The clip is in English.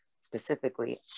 specifically